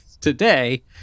today